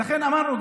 ולכן אמרנו,